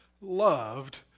loved